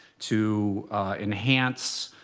to enhance